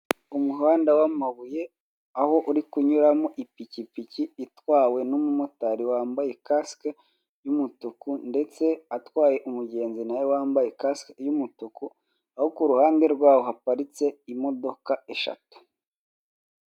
Umuhanda w'amabuye, aho uri kunyuramo ipikipiki itwawe n'umumotari wambaye kasike y'umutuku, ndetse atwaye umugenzi nawe wambaye kasike y'umutuku, aho kuruhande rwabo haparitse imodoka eshatu.